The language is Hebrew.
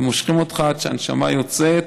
ומושכים אותך עד שהנשמה יוצאת,